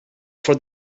for